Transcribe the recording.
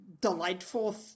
delightful